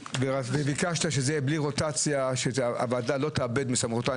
ביקשת שזה יהיה בלי רוטציה כדי שהוועדה לא תאבד מסמכותה.